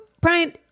Brian